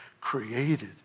created